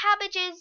cabbages